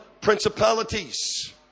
principalities